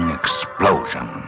explosion